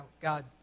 God